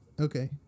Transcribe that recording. Okay